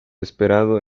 esperado